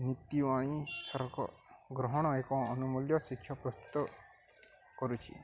ନୀତିବାଣି ଗ୍ରହଣ ଏକ ଅନୁମୂଲ୍ୟ ଶିକ୍ଷକ ପ୍ରସ୍ତୁତ କରୁଛି